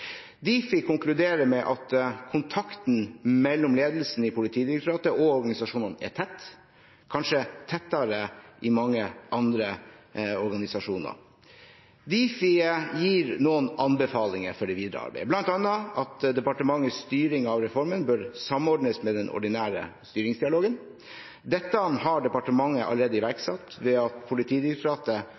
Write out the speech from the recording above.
med at kontakten mellom ledelsen i Politidirektoratet og organisasjonene er tett, kanskje tettere enn i mange andre organisasjoner. Difi gir noen anbefalinger for det videre arbeidet, bl.a. at departementets styring av reformen bør samordnes med den ordinære styringsdialogen. Dette har departementet allerede iverksatt ved at Politidirektoratet